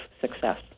success